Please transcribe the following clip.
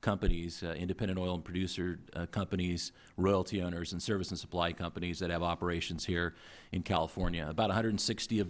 companies independent oil producer companies royalty owners and service and supply companies that have operations here in california about one hundred and sixty of